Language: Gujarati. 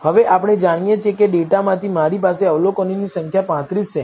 હવે આપણે જાણીએ છીએ કે ડેટામાંથી મારી પાસે અવલોકનોની સંખ્યા 35 છે